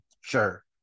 sure